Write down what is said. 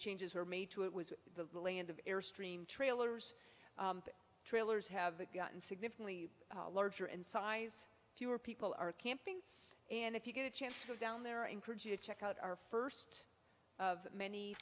changes were made to it was the land of airstream trailer trailers have gotten significantly larger in size fewer people are camping and if you get a chance to go down there or encourage you to check out our first of many